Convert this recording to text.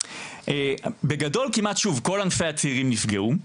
בגדול כל ענפי הצעירים נפגעו.